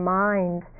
mind